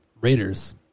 Raiders